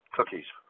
Cookies